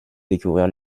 découvrir